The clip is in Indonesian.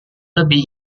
lebih